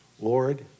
Lord